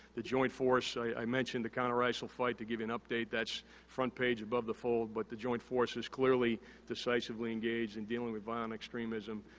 the joint force i mentioned the counter-isil fight to give you an update that's front page above the fold but the joint force is clearly decisively engaged in dealing with violent extremism.